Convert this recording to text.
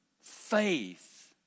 faith